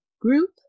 group